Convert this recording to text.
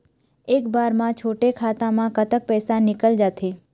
एक बार म छोटे खाता म कतक पैसा निकल जाथे?